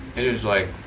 it is like